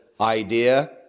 idea